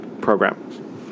program